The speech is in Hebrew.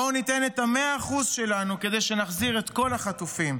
בואו ניתן את ה-100% שלנו כדי שנחזיר את כל החטופים.